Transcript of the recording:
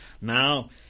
Now